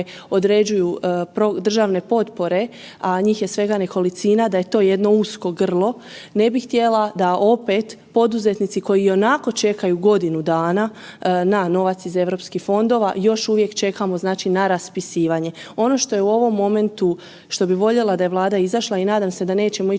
određuju državne potpore, a njih je svega nekolicina da je to jedno usko grlo, ne bih htjela da opet poduzetnici koji i onako čekaju godinu dana na novac iz europskih fondova još uvijek čekamo na raspisivanje. Ono što je u ovom momentu, što bi voljela da je Vlada izašla i nadam se da nećemo